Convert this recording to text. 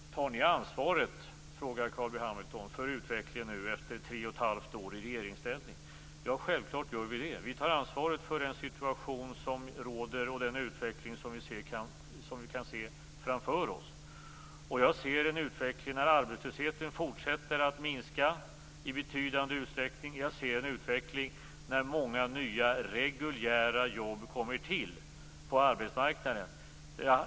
Carl B Hamilton frågar om vi tar ansvaret för utvecklingen efter tre och ett halvt år i regeringsställning. Självfallet gör vi det. Vi tar ansvaret för den situation som råder och den utveckling som vi kan se framför oss. Jag ser en utveckling där arbetslösheten fortsätter att minska i betydande utsträckning och där många nya reguljära jobb kommer till på arbetsmarknaden.